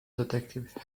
detective